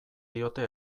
diote